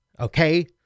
Okay